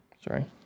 sorry